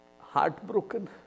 heartbroken